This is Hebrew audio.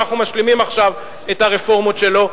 אנחנו משלימים עכשיו את הרפורמות שלו.